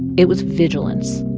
it was vigilance,